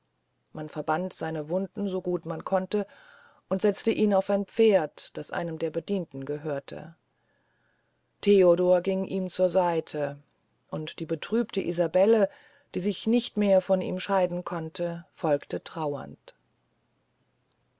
man verband seine wunden so gut man konnte und setzte ihn auf ein pferd das einem der bedienten gehörte theodor ging ihm zur seite und die betrübte isabelle die sich nicht mehr von ihm scheiden konnte folgte traurend